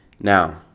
Now